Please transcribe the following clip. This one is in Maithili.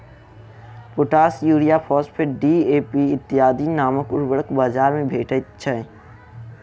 पोटास, यूरिया, फास्फेट, डी.ए.पी इत्यादि नामक उर्वरक बाजार मे भेटैत छै